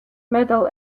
medal